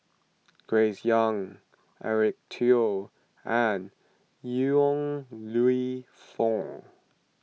Grace Young Eric Teo and Yong Lew Foong